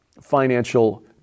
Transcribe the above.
financial